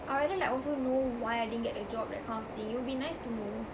I rather like also know why I didn't get the job that kind of thing it would be nice to know